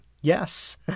yes